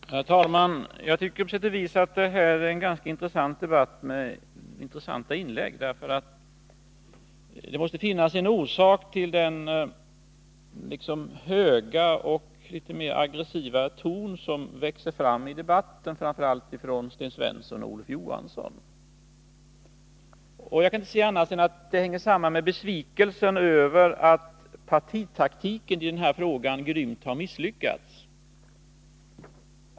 Herr talman! Jag tycker på sätt och vis att det här är en ganska intressant debatt med intressanta inlägg. Det måste finnas en orsak till den höga och litet mer aggressiva ton som växer fram i debatten framför allt från Sten Svenssons och Olof Johanssons sida. Jag kan inte se annat än att den hänger samman med besvikelsen över att partitaktiken i den här frågan grymt har misslyckats.